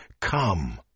Come